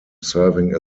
serving